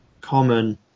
common